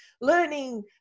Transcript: learning